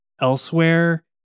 elsewhere